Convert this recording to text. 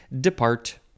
depart